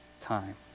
time